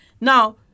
Now